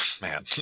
man